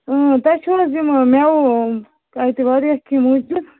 تۄہہِ چھُو حظ یِم مٮ۪وٕ اَتہِ واریاہ کیٚنٛہہ موٗجوٗد